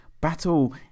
battle